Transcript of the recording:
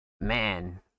Man